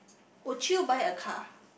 would you buy a car